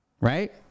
Right